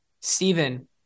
Stephen